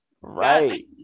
Right